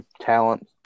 talent